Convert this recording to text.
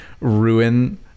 ruin